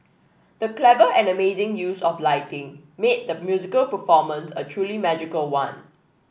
the clever and amazing use of lighting made the musical performance a truly magical one